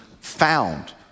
found